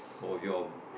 or your